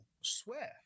swear